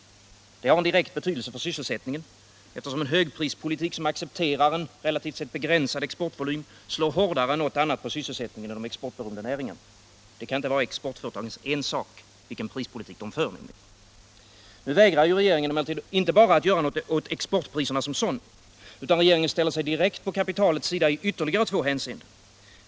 Detta har direkt betydelse för sysselsättningen. En högprispolitik som accepterar en begränsad exportvolym slår hårdare än något annat på sysselsättningen i de exportberoende näringarna. Det kan inte vara exportföretagens ensak vilken prispolitik de för. Nu vägrar regeringen emellertid inte bara att göra något åt exportpriserna som sådana, utan regeringen ställer sig direkt på kapitalets sida i ytterligare två hänseenden.